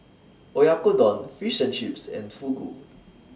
Oyakodon Fish and Chips and Fugu